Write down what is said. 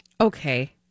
Okay